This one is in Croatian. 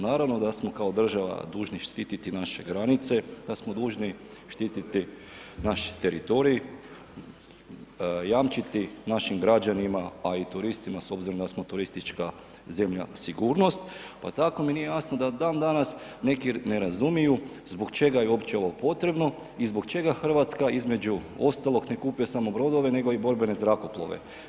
Naravno da smo kao država dužni štititi naše granice, da smo dužni štititi naš teritorij, jamčiti našim građanima, a i turistima s obzirom da smo turistička zemlja, sigurnost, pa tako mi nije jasno da dan danas neki ne razumiju zbog čega je uopće ovo potrebno i zbog čega Hrvatska između ostalog ne kupuje samo brodove nego i borbene zrakoplove.